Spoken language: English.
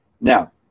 Now